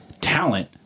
talent